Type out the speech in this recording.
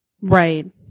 right